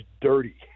dirty